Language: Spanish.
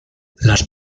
las